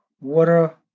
water